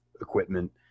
equipment